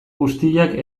guztiak